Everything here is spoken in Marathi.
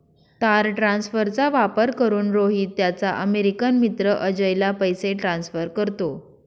तार ट्रान्सफरचा वापर करून, रोहित त्याचा अमेरिकन मित्र अजयला पैसे ट्रान्सफर करतो